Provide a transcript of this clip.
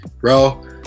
bro